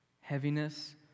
heaviness